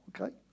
okay